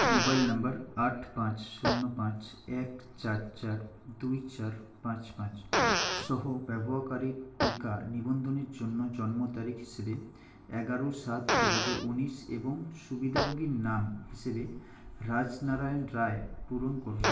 mobile number আট পাঁচ শূন্য পাঁচ এক চার চার দুই চার পাঁচ পাঁচ সহ ব্যবহাকারীর টিকা নিবন্ধনের জন্য জন্ম তারিখ হিসেবে এগারো সাত দু হাজার উনিশ এবং সুবিদাভোগীর নাম হিসেবে রাজনারায়ণ রায় পূরণ করুন